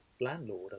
landlord